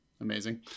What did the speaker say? amazing